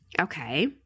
Okay